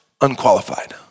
unqualified